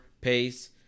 pace